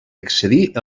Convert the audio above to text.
excedir